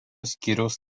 skyriaus